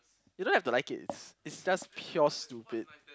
you don't have to like it it's it's just pure stupid